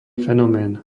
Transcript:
fenomén